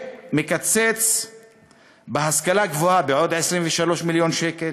שמקצץ בהשכלה הגבוהה בעוד 23 מיליון שקל,